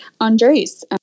Andres